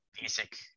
basic